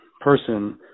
person